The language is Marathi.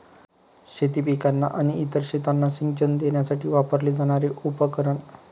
शेती पिकांना आणि इतर शेतांना सिंचन देण्यासाठी वापरले जाणारे उपकरण